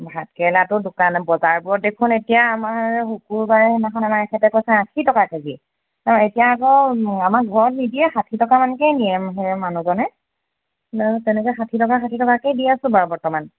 ভাতকেৰেলাতো দোকানত বজাৰবোৰত দেখোন এতিয়া আমাৰ শুকুৰবাৰে সেইদিনাখন আমাৰ এখেতে কৈছে আশী টকা কেজি আৰু এতিয়া আকৌ আমাৰ ঘৰত নিদিয়ে ষাঠি টকামানকৈ নিয়ে মানুহজনে তেনেকৈ ষাঠি টকা ষাঠি টকাকৈ দি আছোঁ বাৰু বৰ্তমান